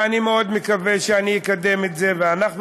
ואני מאוד מקווה שאני אקדם את זה ואנחנו